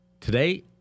Today